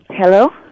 Hello